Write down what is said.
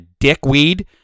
dickweed